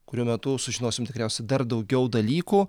kurių metu sužinosim tikriausiai dar daugiau dalykų